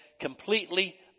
Completely